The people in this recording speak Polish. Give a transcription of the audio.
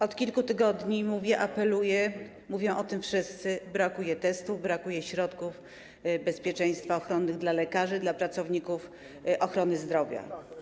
Od kilku tygodni mówię, apeluję, mówią o tym wszyscy, że brakuje testów, brakuje środków bezpieczeństwa, ochrony dla lekarzy, dla pracowników ochrony zdrowia.